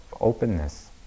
openness